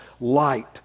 light